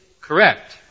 correct